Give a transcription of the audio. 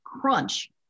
crunch